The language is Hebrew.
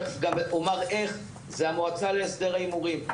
היא המועצה להסדר הימורים.